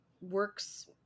works